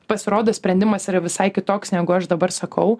pasirodo sprendimas yra visai kitoks negu aš dabar sakau